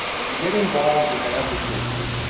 if you get involved in an ethics issue,